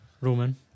Roman